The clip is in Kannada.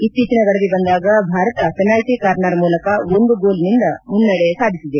ಇತ್ತೀಚಿನ ವರದಿ ಬಂದಾಗ ಭಾರತ ಫೆನಾಲ್ಲಿ ಕಾರ್ನರ್ ಮೂಲಕ ಒಂದು ಗೋಲಿನಿಂದ ಮುನ್ನಡೆ ಸಾಧಿಸಿದೆ